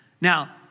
Now